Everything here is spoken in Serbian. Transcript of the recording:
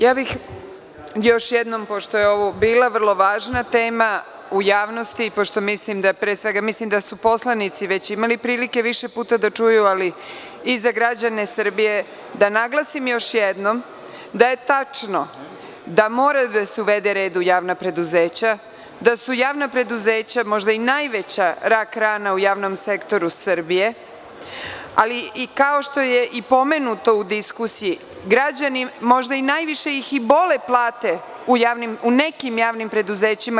Ja bih još jednom pošto je ovo bila vrlo važna tema u javnosti, pre svega mislim da su poslanici imali prilike više puta da čuju, ali i za građane Srbije da naglasim još jednom da je tačno da mora da se uvede red u javna preduzeća, da su javna preduzeća možda i najveća rak rana u javnom sektoru Srbije, ali kao što je i pomenuto u diskusiji, građane možda najviše i bole plate u nekim javnim preduzećima.